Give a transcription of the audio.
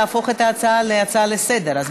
להפוך את ההצעה להצעה לסדר-היום.